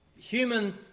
human